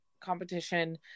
competition